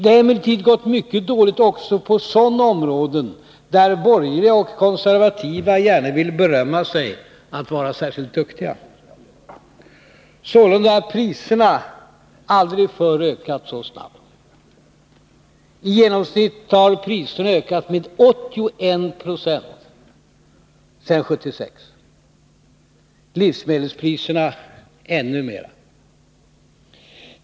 Det har emellertid gått mycket dåligt också på sådana områden där borgerliga och konservativa gärna vill berömma sig av att vara särskilt duktiga. Sålunda har priserna aldrig förr ökat så snabbt. I genomsnitt har priserna ökat med 81 96 sedan 1976, livsmedelspriserna ännu mer.